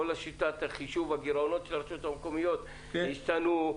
כל שיטת חישוב הגירעונות של הרשויות המקומיות השתנו.